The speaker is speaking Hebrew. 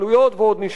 ועוד נשמע עליהם.